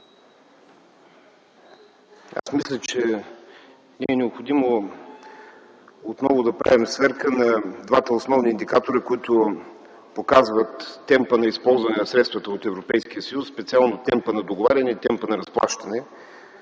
Мисля, че не е необходимо отново да правим сверка на двата основни индикатора, които показват темпа на използване на средствата от Европейския съюз – специално темпа на договаряне и темпа на разплащане,